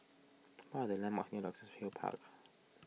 what are the landmarks near Luxus Hill Park